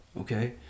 Okay